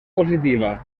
positiva